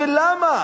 ולמה?